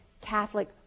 Catholic